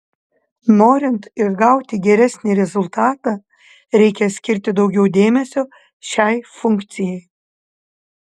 norint išgauti geresnį rezultatą reikia skirti daugiau dėmesio šiai funkcijai